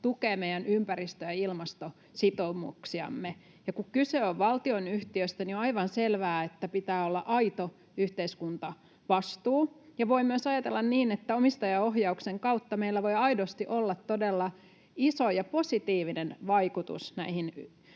tukee meidän ympäristö- ja ilmastositoumuksiamme. Ja kun kyse on valtionyhtiöstä, niin on aivan selvää, että pitää olla aito yhteiskuntavastuu. Voi myös ajatella niin, että omistajaohjauksen kautta meillä voi aidosti olla todella iso ja positiivinen vaikutus näihin ympäristötavoitteisiin,